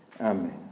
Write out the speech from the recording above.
Amen